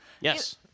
Yes